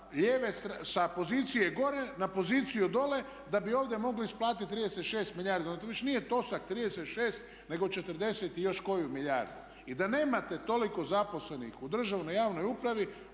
sa pozicije gore na poziciju dolje da bi ovdje mogli isplatiti 36 milijardi. Onda to više nije trošak 36 nego 40 i još koju milijardu. I da nemate toliko zaposlenih u državnoj i javnoj upravi